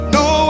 no